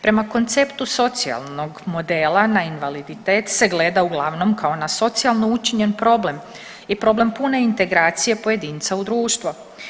Prema konceptu socijalnog modela na invaliditet se gleda uglavnom kao na socijalno učinjen problem i problem pune integracije pojedinca u društvo.